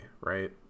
right